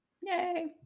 Yay